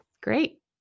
Great